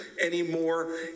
anymore